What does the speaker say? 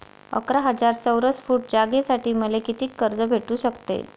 अकरा हजार चौरस फुट जागेसाठी मले कितीक कर्ज भेटू शकते?